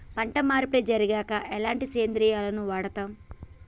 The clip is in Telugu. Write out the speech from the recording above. పంట మార్పిడి జరిగాక ఎలాంటి సేంద్రియాలను వాడుతం?